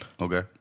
Okay